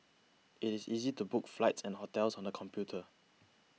it is easy to book flights and hotels on the computer